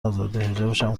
ازادهحجابشم